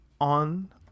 on